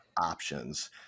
options